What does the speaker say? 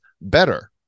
better